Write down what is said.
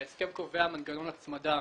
ההסכם קובע מנגנון הצמדה